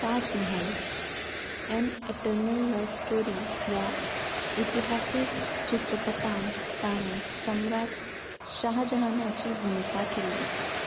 Taj Mahal an eternal love story ह्या इतिहासीक चित्रपटांत ताणें सम्राट शाहा जहानाची भुमिका केल्ली